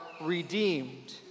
redeemed